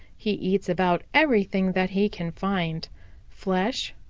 he eats about everything that he can find flesh,